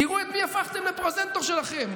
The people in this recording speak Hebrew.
תראו את מי הפכתם לפרזנטור שלכם,